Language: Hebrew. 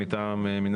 לגבי המספר,